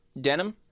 Denim